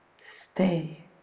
stay